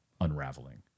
unraveling